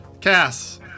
Cass